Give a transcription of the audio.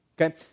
Okay